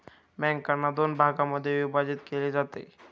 बँकांना दोन भागांमध्ये विभाजित केले जाते